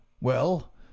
Well